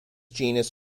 genus